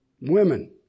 Women